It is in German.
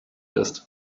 ist